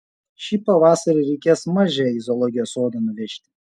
šį pavasarį reikės mažę į zoologijos sodą nuvežti